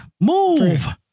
Move